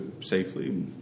safely